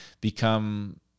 become